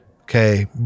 Okay